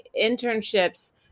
internships